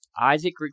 Isaac